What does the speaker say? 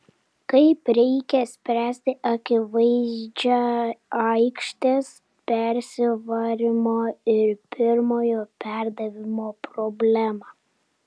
kaip reikia spręsti akivaizdžią aikštės persivarymo ir pirmojo perdavimo problemą